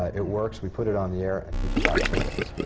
ah it works. we put it on the air and people bought tickets.